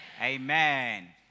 Amen